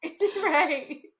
Right